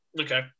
Okay